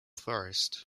forest